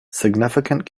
significant